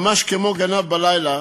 ממש כמו גנב בלילה